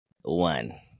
one